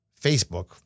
Facebook